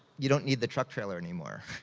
you don't need the truck trailer anymore.